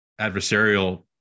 adversarial